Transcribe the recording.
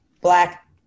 Black